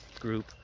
group